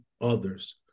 others